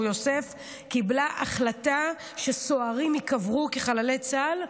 יוסף קיבלה החלטה שסוהרים ייקברו כחללי צה"ל,